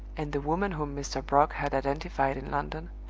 and the woman whom mr. brock had identified in london,